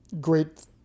great